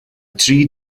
tri